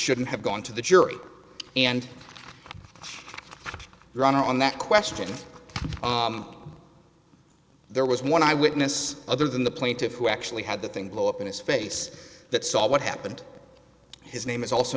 shouldn't have gone to the jury and run on that question there was one eye witness other than the plaintiffs who actually had the thing blow up in his face that saw what happened his name is also